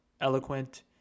eloquent